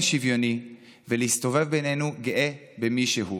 שוויוני ולהסתובב בינינו גאה במי שהוא".